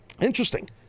Interesting